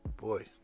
boy